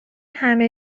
همه